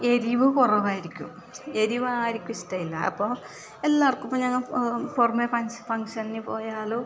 എരിവ് കുറവായിരിക്കും എരിവ് ആർക്കും ഇഷ്ടമില്ല അപ്പോൾ എല്ലാവർക്കും ഇപ്പം ഞങ്ങൾ പുറമെ പുറമെ ഫങ്ങ്ഷന് പോയാലോ